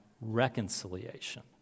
reconciliation